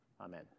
Amen